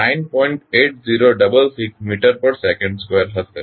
8066 metre per second square હશે